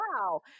wow